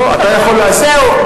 זהו,